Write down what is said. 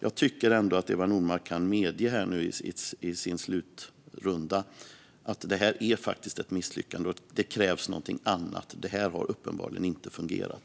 Jag tycker dock att Eva Nordmark borde kunna medge i sitt sista anförande att detta faktiskt är ett misslyckande och att det krävs någonting annat. Det här har uppenbarligen inte fungerat.